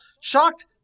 shocked